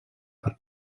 per